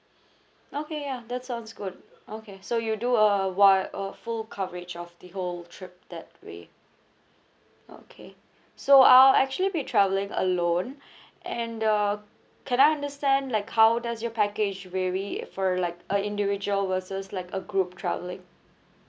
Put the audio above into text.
okay ya that sounds good okay so you do uh wi~ uh full coverage of the whole trip that way okay so I'll actually be travelling alone and uh can I understand like how does your package vary for like a individual versus like a group travelling